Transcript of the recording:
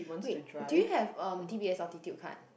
wait do you have um d_b_s Altitude card